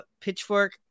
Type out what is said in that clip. pitchfork